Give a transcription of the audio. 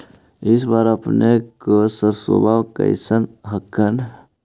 इस बार अपने के सरसोबा कैसन हकन?